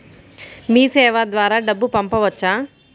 మీసేవ ద్వారా డబ్బు పంపవచ్చా?